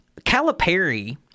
Calipari